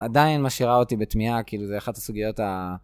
עדיין משאירה אותי בתמיהה, כאילו זה אחת הסוגיות ה...